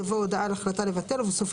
בלי